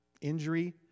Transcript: injury